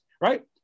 Right